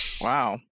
Wow